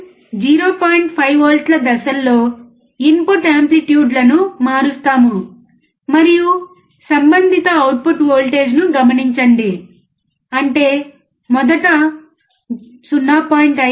5 వోల్ట్ల దశల్లో ఇన్పుట్ యాంప్లిట్యూడ్లను మారుస్తాము మరియు సంబంధిత అవుట్పుట్ వోల్టేజ్ను గమనించండి అంటే మొదట్లో 0